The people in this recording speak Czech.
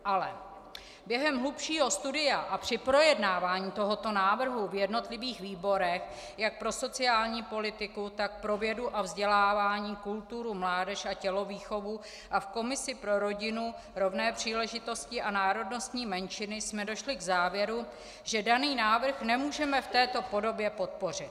Ale během hlubšího studia a při projednávání tohoto návrhu v jednotlivých výborech, jak pro sociální politiku, tak pro vědu a vzdělávání, kulturu, mládež a tělovýchovu a v komisi pro rodinu rovné příležitosti a národnostní menšiny, jsme došli k závěru, že daný návrh nemůžeme v této podobě podpořit.